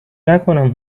نکنم